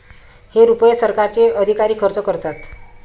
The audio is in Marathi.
हे रुपये सरकारचे अधिकारी खर्च करतात